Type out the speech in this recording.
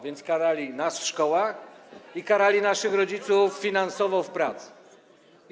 Więc karali nas w szkołach i karali naszych rodziców finansowo w pracy.